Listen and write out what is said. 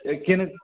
এই কেনে